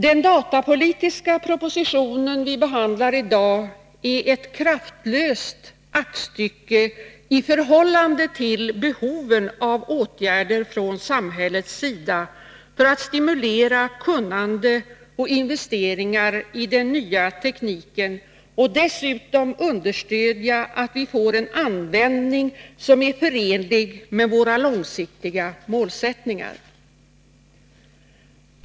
Den datapolitiska proposition som vi behandlar i dag är ett kraftlöst aktstycke i förhållande till behoven av åtgärder från samhällets sida för att stimulera kunnande och investeringar i den nya tekniken och dessutom understödja att vi får en användning som är förenlig med våra långsiktiga målsättningar.